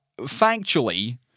factually